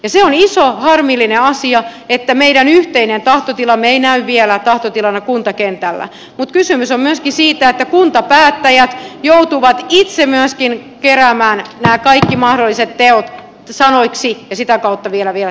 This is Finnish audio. se on iso harmillinen asia että meidän yhteinen tahtoti lamme ei näy vielä tahtotilana kuntakentällä mutta kysymys on myöskin siitä että kuntapäättäjät joutuvat itse myöskin keräämään nämä kaikki mahdolliset teot sanoiksi ja sitä kautta vielä teoiksi